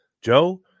Joe